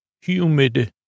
humid